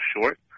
short